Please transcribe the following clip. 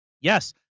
yes